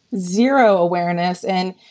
zero awareness and,